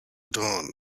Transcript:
dawn